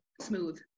smooth